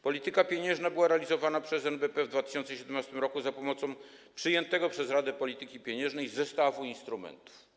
Polityka pieniężna była realizowana przez NBP w 2017 r. za pomocą przyjętego przez Radę Polityki Pieniężnej zestawu instrumentów.